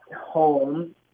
home